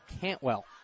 Cantwell